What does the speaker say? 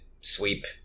sweep